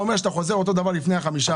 שהיה לפני 5%,